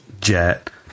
jet